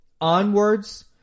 onwards